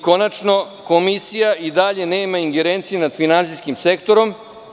Konačno komisija i dalje nema ingerencije nad finansijskim sektorom.